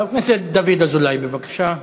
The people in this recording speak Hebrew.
חבר הכנסת דוד אזולאי, בבקשה.